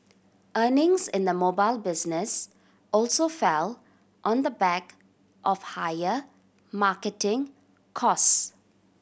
earnings in the mobile business also fell on the back of higher marketing cost